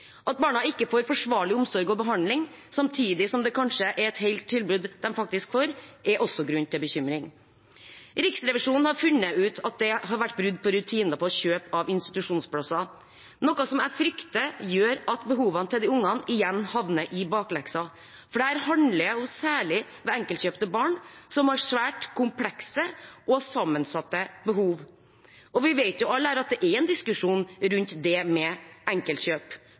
At barna ikke får forsvarlig omsorg og behandling samtidig som det kanskje er et helt tilbud de faktisk får, gir også grunn til bekymring. Riksrevisjonen har funnet ut at det har vært brudd på rutiner på kjøp av institusjonsplasser, noe jeg frykter gjør at behovene til de ungene igjen havner i bakleksa, for det handler særlig om enkeltkjøp til barn som har svært komplekse og sammensatte behov. Vi vet alle her at det er en diskusjon rundt det med enkeltkjøp,